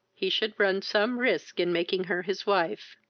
he should run some risk in making her his wife